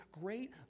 great